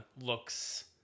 looks